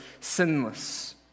sinless